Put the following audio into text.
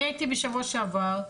אני הייתי בשבוע שעבר בכסייפה,